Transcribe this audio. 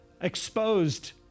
exposed